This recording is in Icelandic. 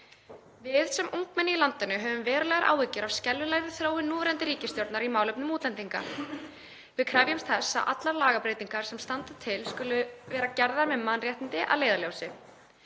Við sem ungmenni í landinu höfum verulegar áhyggjur af skelfilegri þróun núverandi ríkisstjórnar í málefnum útlendinga. Við krefjumst þess að allar lagabreytingar sem standa til [verði] gerðar með mannréttindi að leiðarljósi.